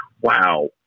wow